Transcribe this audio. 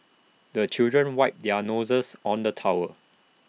the children wipe their noses on the towel